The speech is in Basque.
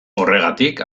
horregatik